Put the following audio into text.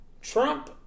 Trump